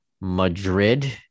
Madrid